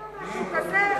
זה לא משהו כזה.